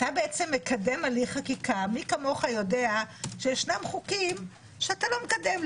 אתה בעצם מקדם הליך חקיקה מי כמוך יודע שישנם חוקים שאתה לא מקדם.